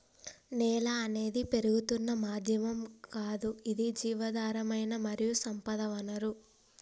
నేల అనేది పెరుగుతున్న మాధ్యమం గాదు ఇది జీవధారమైన మరియు సంపద వనరు